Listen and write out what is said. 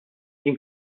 jien